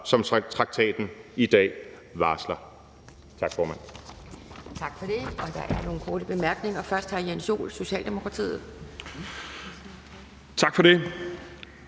som traktaten i dag varsler«.